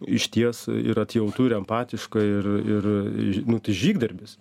išties ir atjautu ir empatiška ir ir nu tai žygdarbis